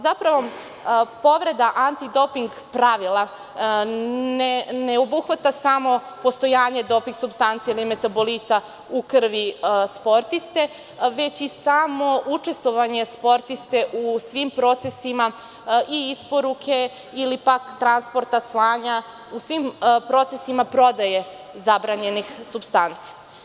Zapravo, povreda antidping pravila ne obuhvata samo postojanje samo doping supstanci ili metabolita u krvi sportiste, već i samo učestvovanje sportiste u svim procesima i isporuke ili pak transporta, slanja u svim procesima prodaje zabranjenih supstanci.